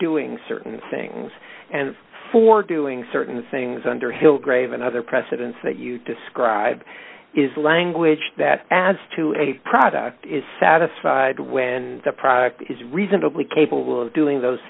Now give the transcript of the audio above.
doing certain things and for doing certain things underhill grave and other precedents that you describe is language that adds to a product is satisfied when the product is reasonably capable of doing those